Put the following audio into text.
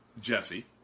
Jesse